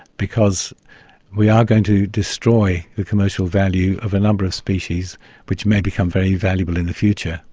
because we are going to destroy the commercial value of a number of species which may become very valuable in the future.